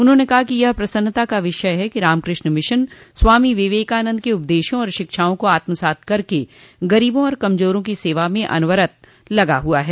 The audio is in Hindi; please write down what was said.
उन्होंने कहा कि यह प्रसन्नता का विषय है कि रामकृष्ण मिशन स्वामी विवेकानन्द के उपदेशों और शिक्षाओं को आत्मसात कर गरीबों और कमजोरों की सेवा में अनवरत लगा हुआ है